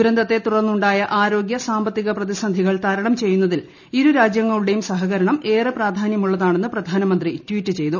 ദുരന്തത്തെ തുടർന്നുണ്ടായ ആരോഗ്യ സാമ്പത്തിക പ്രതിസന്ധികൾ തരണം ചെയ്യുന്നതിൽ ഇരു രാജ്യങ്ങളുടെയും സഹകരണം ഏറെ പ്രാധാന്യമുള്ളതാണെന്ന് പ്രധാനമന്ത്രി ട്വീറ്റ് ചെയ്തു